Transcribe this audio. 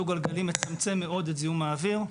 דו גלגלי מצמצם מאוד את זיהום האוויר.